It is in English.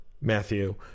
Matthew